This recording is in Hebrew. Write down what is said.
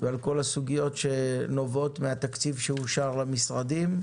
ובכל הסוגיות שנוגעות לתקציב שאושר למשרדים.